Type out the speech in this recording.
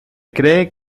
cree